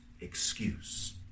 excuse